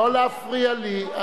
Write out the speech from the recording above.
לא להפריע לי.